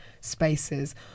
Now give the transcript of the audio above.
spaces